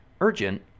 Urgent